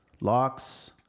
locks